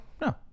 No